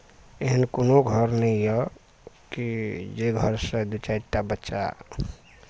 एहन कोनो घर नहि यऽ कि जाहि घरसँ दू चारि टा बच्चा